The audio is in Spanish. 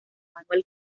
manuel